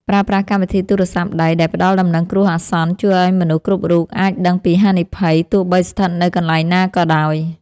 ប្រើប្រាស់កម្មវិធីទូរស័ព្ទដៃដែលផ្ដល់ដំណឹងគ្រោះអាសន្នជួយឱ្យមនុស្សគ្រប់រូបអាចដឹងពីហានិភ័យទោះបីស្ថិតនៅកន្លែងណាក៏ដោយ។